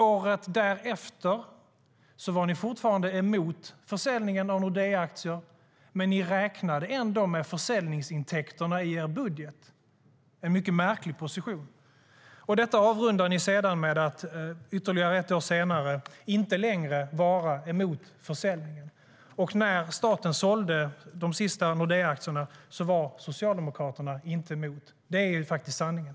Året därefter var de fortfarande emot försäljningen av Nordeaaktier men räknade ändå med försäljningsintäkterna i sin budget. Det är en mycket märklig position. Detta avrundar ni med att ytterligare ett år senare inte längre vara emot försäljningen. När staten sålde de sista Nordeaaktierna var Socialdemokraterna inte emot. Det är sanningen.